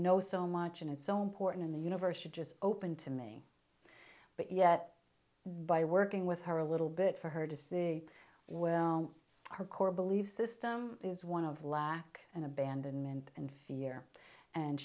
know so much and it's so important in the universe just open to me but yet by working with her a little bit for her to see where her core belief system is one of lack and abandonment and fear and